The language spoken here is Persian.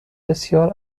بسیار